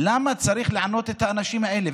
למה צריך לענות את האנשים האלה?